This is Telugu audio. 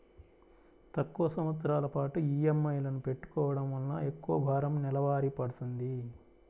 తక్కువ సంవత్సరాల పాటు ఈఎంఐలను పెట్టుకోవడం వలన ఎక్కువ భారం నెలవారీ పడ్తుంది